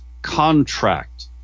contract